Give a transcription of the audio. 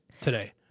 today